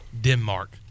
denmark